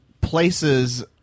places